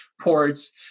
ports